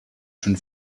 schon